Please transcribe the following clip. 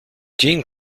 jeanne